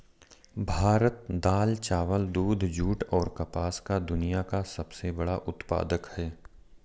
भारत दाल, चावल, दूध, जूट, और कपास का दुनिया का सबसे बड़ा उत्पादक है